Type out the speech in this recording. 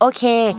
Okay